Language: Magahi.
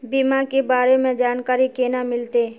बीमा के बारे में जानकारी केना मिलते?